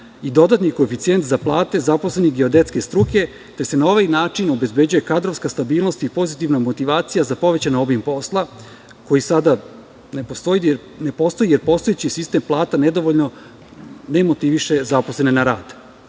i dodatni koeficijent za plate zaposlenih geodetske struke, te se na ovaj način obezbeđuje kadrovska stabilnost i pozitivna motivacija za povećan obim posla koji sada ne postoji, jer postojeći sistem plata ne motiviše dovoljno zaposlene na radu.